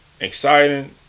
exciting